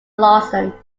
lawson